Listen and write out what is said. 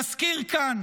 נזכיר כאן